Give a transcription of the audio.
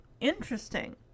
interesting